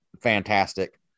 fantastic